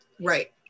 Right